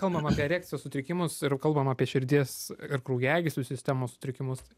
kalbam apie erekcijos sutrikimus ir kalbam apie širdies ir kraujagyslių sistemos sutrikimus